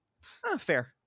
Fair